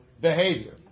behavior